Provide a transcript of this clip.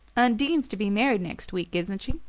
undine's to be married next week, isn't she?